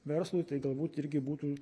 verslui tai galbūt irgi būtų